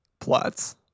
plots